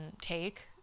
take